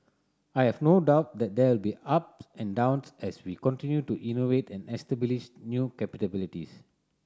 I have no doubt that there will be ups and downs as we continue to innovate and establish new capabilities